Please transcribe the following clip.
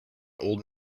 old